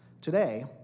Today